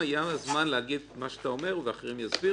נוכל לעמוד על ההערות האלה --- לא, לא, לא.